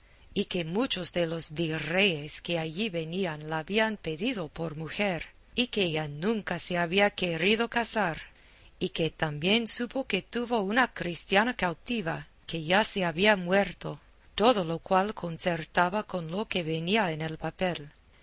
y que muchos de los virreyes que allí venían la habían pedido por mujer y que ella nunca se había querido casar y que también supo que tuvo una cristiana cautiva que ya se había muerto todo lo cual concertaba con lo que venía en el papel